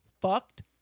Fucked